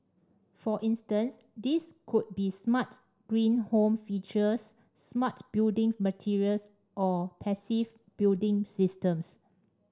for instance these could be smart green home features smart building materials or passive building systems